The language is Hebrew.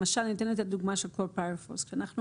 למשל אני אתן את הדוגמה של הכלופירופוס: כשאנחנו